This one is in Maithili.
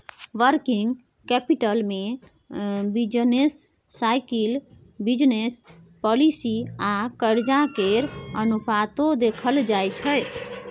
वर्किंग कैपिटल में बिजनेस साइकिल, बिजनेस पॉलिसी आ कर्जा के अनुपातो देखल जाइ छइ